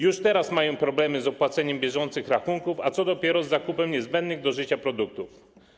Już teraz mają problemy z opłaceniem bieżących rachunków, a co dopiero z zakupem niezbędnych do życia produktów.